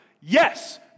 Yes